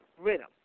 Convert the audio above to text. Rhythm